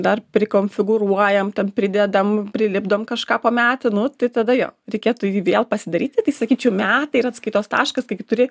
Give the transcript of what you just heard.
dar prikonfigūruojam ten pridedam prilipdom kažką po metų nu tai tada jo reikėtų jį vėl pasidaryti tai sakyčiau metai yra atskaitos taškas kai tu turi